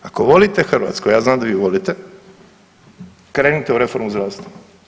Ako volite Hrvatsku, ja znam da vi volite, krenite u reformu zdravstva.